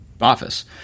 office